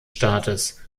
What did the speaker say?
staates